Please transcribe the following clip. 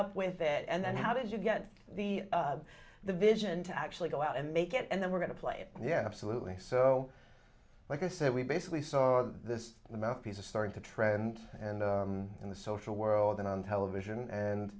up with it and how did you get the the vision to actually go out and make it and then we're going to play it yeah absolutely so like i said we basically saw this the mouthpiece is starting to trend and in the social world and on television and